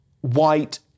white